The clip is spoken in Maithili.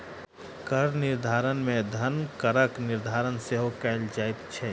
कर निर्धारण मे धन करक निर्धारण सेहो कयल जाइत छै